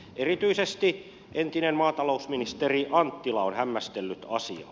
erityisesti entinen maatalousministeri anttila on hämmästellyt asiaa